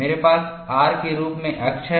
मेरे पास r के रूप में अक्ष है